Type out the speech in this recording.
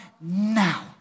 now